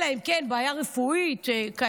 אלא אם כן יש בעיה רפואית וכאלה.